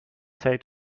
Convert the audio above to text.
say